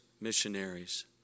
missionaries